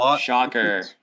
Shocker